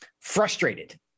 frustrated